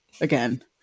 again